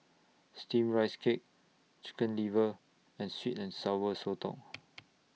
Steamed Rice Cake Chicken Liver and Sweet and Sour Sotong